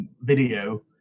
Video